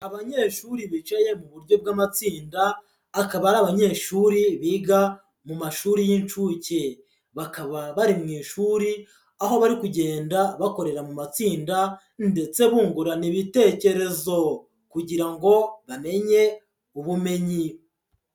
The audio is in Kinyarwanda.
Abanyeshuri bicaye mu buryo bw'amatsinda, akaba ari abanyeshuri biga mu mashuri y'incuke. Bakaba bari mu ishuri, aho bari kugenda bakorera mu matsinda ndetse bungurana ibitekerezo kugira ngo bamenye ubumenyi.